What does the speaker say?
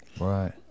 Right